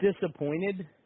disappointed